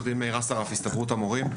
מאיר אסרף מהסתדרות המורים,